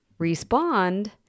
Respond